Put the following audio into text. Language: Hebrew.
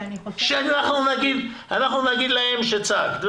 אנחנו נגיד להם שצעקת.